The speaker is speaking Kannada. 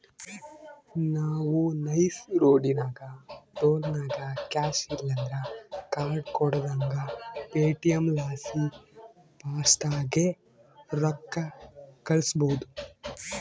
ನಾವು ನೈಸ್ ರೋಡಿನಾಗ ಟೋಲ್ನಾಗ ಕ್ಯಾಶ್ ಇಲ್ಲಂದ್ರ ಕಾರ್ಡ್ ಕೊಡುದಂಗ ಪೇಟಿಎಂ ಲಾಸಿ ಫಾಸ್ಟಾಗ್ಗೆ ರೊಕ್ಕ ಕಳ್ಸ್ಬಹುದು